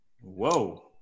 Whoa